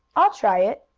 i'll try it,